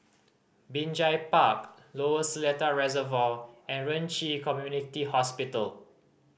Binjai Park Lower Seletar Reservoir and Ren Ci Community Hospital